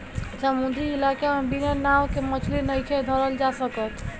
समुंद्री इलाका में बिना नाव के मछली नइखे धरल जा सकत